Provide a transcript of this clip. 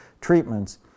treatments